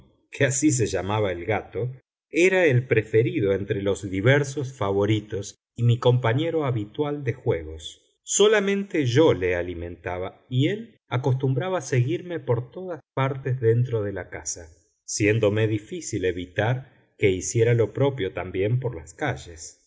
que así se llamaba el gato era el preferido entre los diversos favoritos y mi compañero habitual de juegos solamente yo le alimentaba y él acostumbraba seguirme por todas partes dentro de la casa siéndome difícil evitar que hiciera lo propio también por las calles